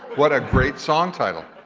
what a great song title.